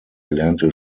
erlernte